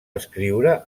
escriure